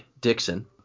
Dixon